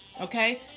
Okay